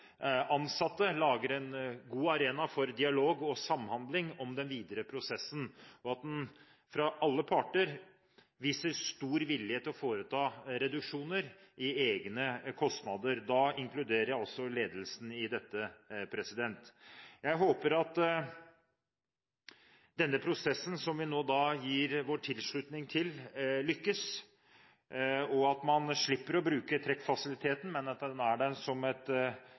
ansatte lager en god arena for dialog og samhandling om den videre prosessen, og at alle parter viser stor vilje til å foreta reduksjoner i egne kostnader – jeg inkluderer også ledelsen i dette. Jeg håper at denne prosessen som vi nå gir vår tilslutning til, lykkes, og at man slipper å bruke trekkfasiliteten, men at den er der som et